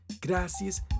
Gracias